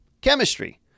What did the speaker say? chemistry